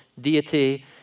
deity